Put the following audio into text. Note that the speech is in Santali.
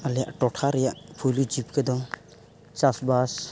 ᱟᱞᱮᱭᱟᱜ ᱴᱚᱴᱷᱟ ᱨᱮᱭᱟᱜ ᱯᱷᱩᱞᱤ ᱡᱤᱯᱠᱟᱹ ᱫᱚ ᱪᱟᱥᱵᱟᱥ